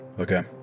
Okay